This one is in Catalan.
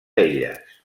elles